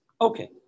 Okay